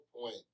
point